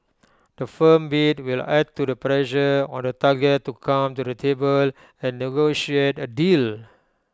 the firm bid will add to the pressure on the target to come to the table and negotiate A deal